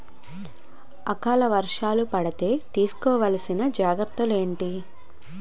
ఆకలి వర్షాలు పడితే తీస్కో వలసిన జాగ్రత్తలు ఏంటి?